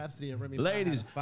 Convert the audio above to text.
Ladies